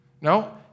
No